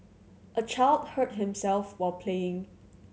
a child hurt himself while playing